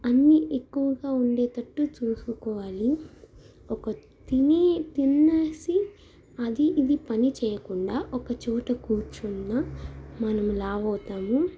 అన్నీ ఎక్కువగా ఉండేటట్టు చూసుకోవాలి ఒక తినీ తినేసి అది ఇది పనిచేయకుండా ఒక చోట కూర్చున్న మనం లావు అవుతాము